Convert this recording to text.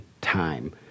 time